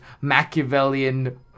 Machiavellian